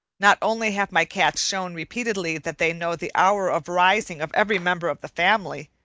not only have my cats shown repeatedly that they know the hour of rising of every member of the family,